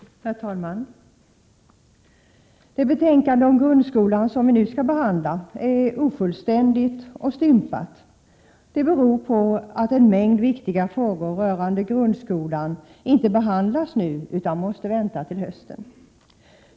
Herr talman! Det betänkande om grundskolan som vi nu skall behandla är ofullständigt och stympat. Det beror på att en mängd viktiga frågor rörande grundskolan inte behandlas nu utan måste vänta till hösten.